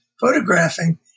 photographing